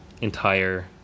entire